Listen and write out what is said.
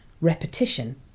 Repetition